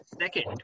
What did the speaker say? second